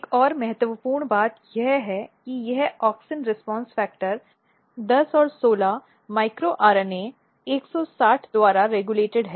एक और महत्वपूर्ण बात यह है कि यह ऑक्सिन रिस्पॉन्स फैक्टर 10 और 16 वे माइक्रो आरएनए 160 द्वारा रेगुलेटेड हैं